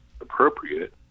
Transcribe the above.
appropriate